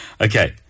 Okay